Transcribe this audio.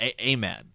amen